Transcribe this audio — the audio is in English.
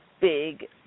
big